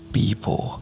people